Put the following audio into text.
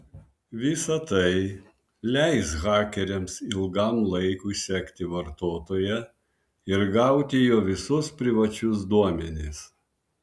visa tai leis hakeriams ilgam laikui sekti vartotoją ir gauti jo visus privačius duomenis